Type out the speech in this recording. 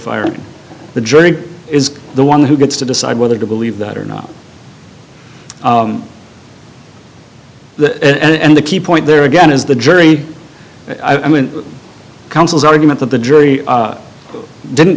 firing the jury is the one who gets to decide whether to believe that or not and the key point there again is the jury i mean counsel's argument that the jury didn't